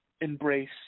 embrace